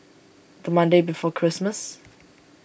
the Monday before Christmas